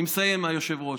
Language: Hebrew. אני מסיים, אדוני היושב-ראש.